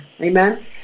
Amen